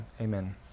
Amen